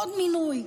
עוד מינוי?